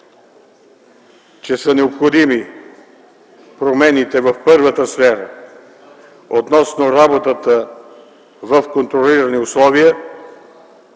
че са необходими промените в първата сфера относно работата в контролирани условия,